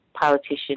politician